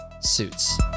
suits